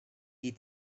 die